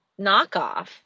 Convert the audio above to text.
knockoff